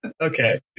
okay